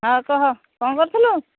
ହଁ କହ କ'ଣ କରୁଥିଲୁ